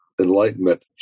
enlightenment